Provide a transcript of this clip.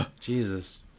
Jesus